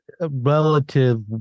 relative